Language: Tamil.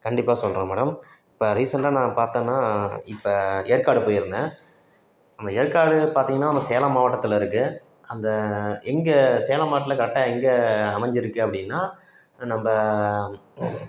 கண்டிப்பாக சொல்கிறேன் மேடம் இப்போ ரீசண்டாக நான் பார்த்தன்னா இப்போ ஏற்காடு போய்ருந்தேன் அந்த ஏற்காடு பார்த்தீங்கன்னா நம்ம சேலம் மாவட்டத்தில் இருக்கு அந்த எங்கள் சேலம் மாவட்டத்தில் கரெக்டாக எங்கள் அமைஞ்சுருக்கு அப்படின்னா நம்ப